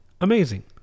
amazing